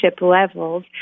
levels